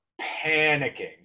panicking